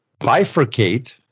bifurcate